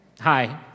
Hi